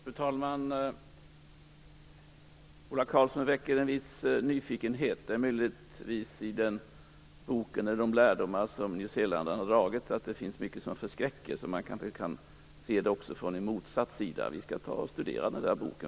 Fru talman! Ola Karlsson väcker en viss nyfikenhet. I den bok som nyzeeländarna har dragit lärdomar av finns mycket som förskräcker. Man kanske också kan se det från motsatt håll. Vi skall faktiskt studera den där boken.